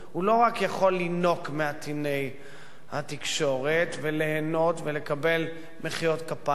הוא לא יכול רק לינוק מעטיני התקשורת וליהנות ולקבל מחיאות כפיים,